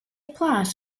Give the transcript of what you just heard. plas